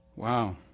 Wow